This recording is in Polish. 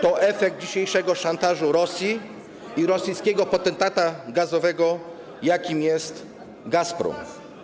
To efekt dzisiejszego szantażu Rosji i rosyjskiego potentata gazowego, jakim jest Gazprom.